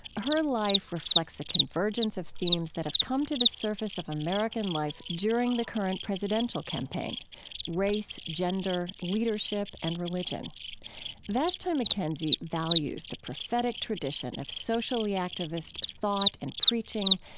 her life reflects a convergence of themes that have come to the surface of american life during the current presidential campaign race, gender, leadership, and religion vashti mckenzie values the prophetic tradition of socially activist thought and preaching.